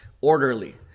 orderly